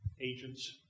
agents